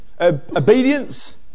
obedience